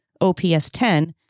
OPS10